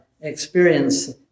experience